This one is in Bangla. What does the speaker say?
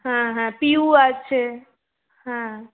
হ্যাঁ হ্যাঁ পিউ আছে হ্যাঁ